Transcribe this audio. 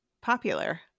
popular